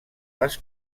les